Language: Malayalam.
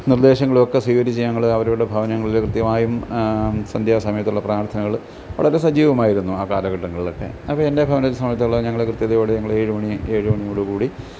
നിർദ്ദേശങ്ങളും ഒക്കെ സ്വീകരിച്ച് ഞങ്ങൾ അവരവരുടെ ഭവനങ്ങളിൽ കൃത്യമായും സന്ധ്യാസമയത്തുള്ള പ്രാർത്ഥനകൾ വളരെ സജീവമായിരുന്നു ആ കാലഘട്ടങ്ങളിലൊക്കെ അത് എൻ്റെ ഭവനത്തിൽ സമയത്തുള്ള ഞങ്ങൾ കൃത്യതയോടെ ഞങ്ങൾ ഏഴ് മണി ഏഴ് മണിയോട് കൂടി